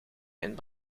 mijn